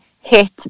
hit